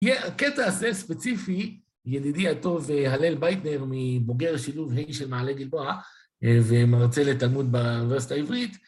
קטע הזה ספציפי, ידידי הטוב, הלל בייטנר, מבוגר שילוב ה' של מעלה גלבוע ומרצה לתלמוד באוניברסיטה העברית